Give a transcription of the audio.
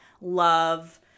love